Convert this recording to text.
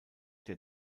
der